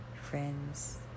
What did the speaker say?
friends